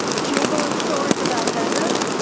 jubilant stories about venice?